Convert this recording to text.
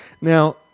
Now